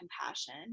compassion